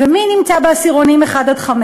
ומי נמצא בעשירונים 1 עד 5?